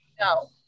No